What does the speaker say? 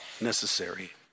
necessary